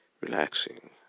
relaxing